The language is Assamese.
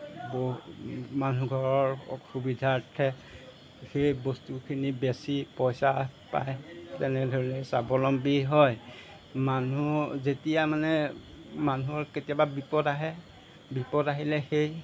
মানুহঘৰৰ সুবিধাৰ্থে সেই বস্তুখিনি বেছি পইছা পাই তেনেদৰে স্বাৱলম্বী হয় মানুহ যেতিয়া মানে মানুহৰ কেতিয়াবা বিপদ আহে বিপদ আহিলে সেই